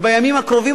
ובימים הקרובים,